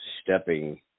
stepping